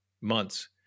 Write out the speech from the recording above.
months